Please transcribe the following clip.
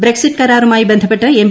Breck sit കരാറുമായി ബന്ധപ്പെട്ട് M